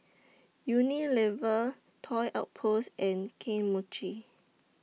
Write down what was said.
Unilever Toy Outpost and Kane Mochi